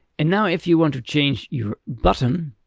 and now if you want to change your button,